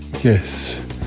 Yes